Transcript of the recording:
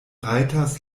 rajtas